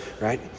right